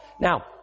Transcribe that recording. Now